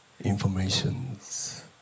Informations